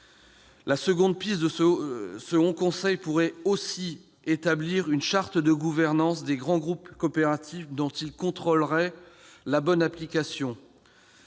de confier au Haut Conseil le soin d'établir une charte de gouvernance des grands groupes coopératifs, dont il contrôlerait la bonne application.